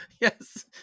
Yes